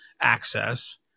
access